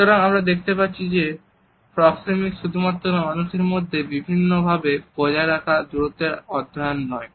সুতরাং আমরা দেখতে পাচ্ছি যে প্রক্সেমিকস শুধুমাত্র মানুষের মধ্যে বিভিন্ন ভাবে বজায় রাখা দূরত্বের অধ্যায়ন নয়